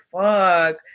fuck